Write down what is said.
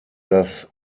das